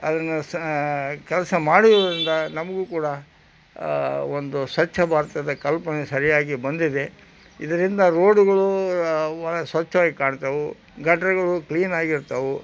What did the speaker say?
ಅದನ್ನು ಸ ಕೆಲಸ ಮಾಡಿರುವುದರಿಂದ ನಮಗೂ ಕೂಡ ಒಂದು ಸ್ವಚ್ಛ ಭಾರತದ ಕಲ್ಪನೆ ಸರಿಯಾಗಿ ಬಂದಿದೆ ಇದರಿಂದ ರೋಡುಗಳು ಭಾಳ ಸ್ವಚ್ಛವಾಗಿ ಕಾಣ್ತವೆ ಗಟರಗಳು ಕ್ಲೀನಾಗಿರ್ತವೆ